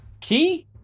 key